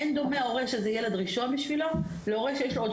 אין דומה שזה הורה ראשון עבורו להורה שיש לו עוד